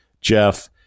jeff